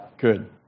good